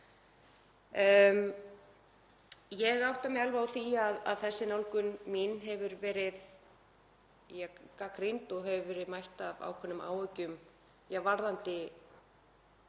Ég átta mig alveg á því að þessi nálgun mín hefur verið gagnrýnd og hefur verið mætt með ákveðnum áhyggjum varðandi